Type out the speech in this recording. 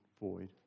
void